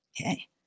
Okay